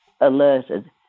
alerted